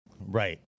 Right